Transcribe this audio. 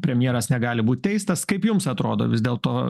premjeras negali būt teistas kaip jums atrodo vis dėlto